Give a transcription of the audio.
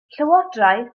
llywodraeth